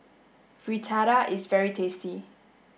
Fritada is very tasty